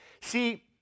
See